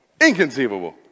Inconceivable